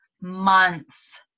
months